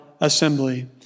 assembly